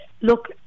look